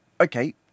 okay